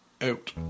out